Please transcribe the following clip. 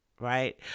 right